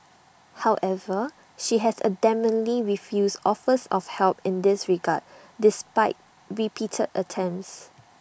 however she has adamantly refused offers of help in this regard despite repeated attempts